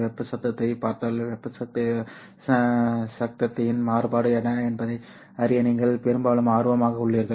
வெப்ப சத்தத்தைப் பார்த்தால் வெப்ப சத்தத்தின் மாறுபாடு என்ன என்பதை அறிய நீங்கள் பெரும்பாலும் ஆர்வமாக உள்ளீர்கள்